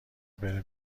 بره